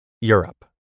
Europe